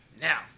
now